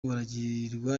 baragirwa